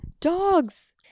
dogs